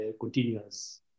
continuous